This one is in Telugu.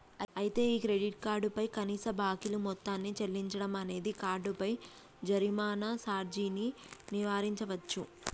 అయితే ఈ క్రెడిట్ కార్డు పై కనీస బాకీలు మొత్తాన్ని చెల్లించడం అనేది కార్డుపై జరిమానా సార్జీని నివారించవచ్చు